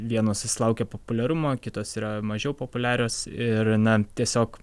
vienos susilaukia populiarumo kitos yra mažiau populiarios ir na tiesiog